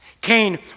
Cain